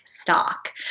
stock